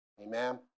Amen